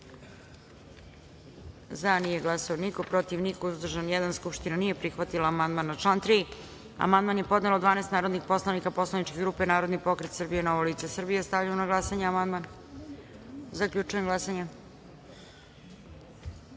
glasanje: za – niko, protiv – niko, uzdržan – jedan. Skupština nije prihvatila amandman. Na član 3. amandman je podnelo 12 narodnih poslanika poslaničke grupe Narodni pokret Srbije - Novo lice Srbije. Stavljam na glasanje ovaj amandman. Zaključujem glasanje: